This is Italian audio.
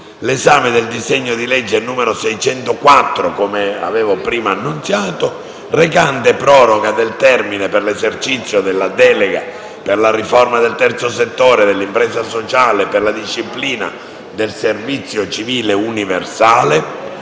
del disegno di legge n. 604, come avevo preannunziato, recante: «Proroga del termine per l'esercizio della delega per la riforma del Terzo settore, dell'impresa sociale e per la disciplina del servizio civile universale,